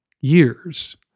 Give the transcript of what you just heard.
years